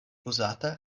uzata